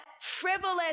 frivolous